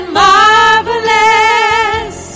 marvelous